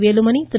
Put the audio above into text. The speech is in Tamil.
வேலுமணி திரு